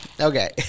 Okay